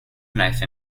knife